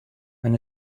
wenn